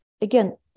again